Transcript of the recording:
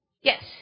Yes